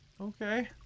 Okay